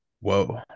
whoa